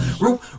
Root